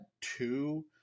two